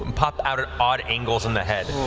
um pop out at odd angles in the head.